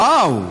וואו,